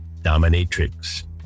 dominatrix